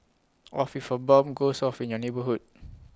of if A bomb goes off in your neighbourhood